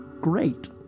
Great